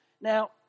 Now